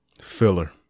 Filler